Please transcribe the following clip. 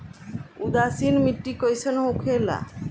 उदासीन मिट्टी कईसन होखेला?